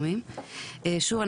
שוב,